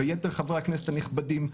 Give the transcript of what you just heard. ויתר חברי הכנסת הנכבדים,